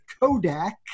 Kodak